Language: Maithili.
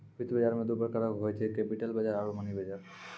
वित्त बजार दु प्रकारो के होय छै, कैपिटल बजार आरु मनी बजार